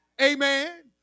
Amen